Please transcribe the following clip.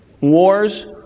wars